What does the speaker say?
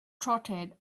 trotted